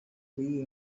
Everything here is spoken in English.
three